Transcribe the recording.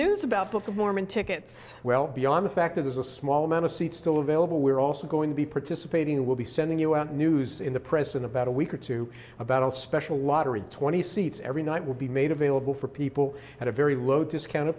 news about book of mormon tickets well beyond the fact that there's a small amount of seats still available we're also going to be participating or will be sending you a news in the press in about a week or two about a special lottery twenty seats every night will be made available for people at a very low discounted